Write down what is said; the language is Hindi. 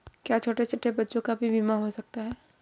क्या छोटे छोटे बच्चों का भी बीमा हो सकता है?